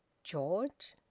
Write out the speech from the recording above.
george?